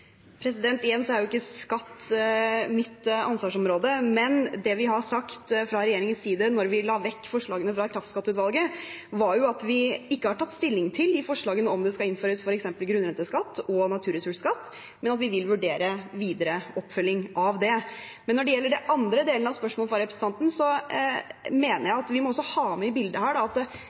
Igjen: Skatt er ikke mitt ansvarsområde. Det vi sa fra regjeringens side da vi la vekk forslagene fra kraftskatteutvalget, var at vi ikke har tatt stilling til forslagene om det skal innføres f.eks. grunnrenteskatt og naturressursskatt, men at vi vil vurdere en videre oppfølging av det. Når det gjelder den andre delen av spørsmålet fra representanten, mener jeg at vi må ha med i bildet